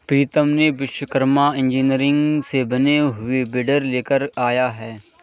प्रीतम ने विश्वकर्मा इंजीनियरिंग से बने हुए वीडर लेकर आया है